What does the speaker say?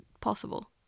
possible